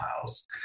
house